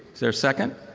there a second?